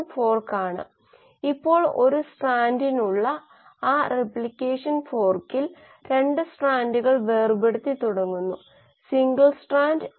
നമ്മൾ പൂജ്യമായി കണക്കാക്കിയ ഇൻട്രാ സെല്ലുലാർ മാട്രിക്സ് ഈ ഭാഗത്തെ മാത്രം r നോട്ട് r 1 r 2 ഈ ഭാഗം മാത്രം r 3 r 4 എന്നിവയുമായി യോജിക്കുന്നു അത് ഇതുപോലെയായിരിക്കും നിങ്ങൾക്ക് ഇത് പരീക്ഷിക്കാൻ കഴിയും